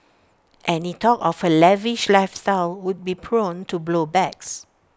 any talk of her lavish lifestyle would be prone to blow backs